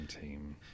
team